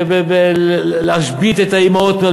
בלהשבית את האימהות,